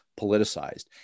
politicized